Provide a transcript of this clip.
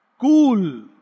Cool